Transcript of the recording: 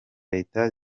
leta